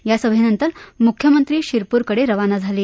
या सभेनंतर मुख्यमंत्री शिरपूर कडे रवाना झाले